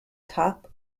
top